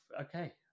okay